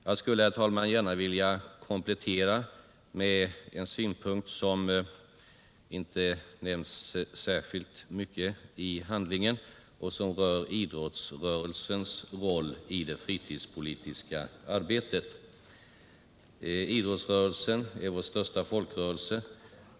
Jag skulle, herr talman, gärna vilja komplettera med en synpunkt som inte framhävs särskilt mycket i betänkandet och som rör idrottsrörelsens roll i det fritidspolitiska arbetet. Idrottsrörelsen är vår största folkrörelse.